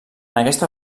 aquesta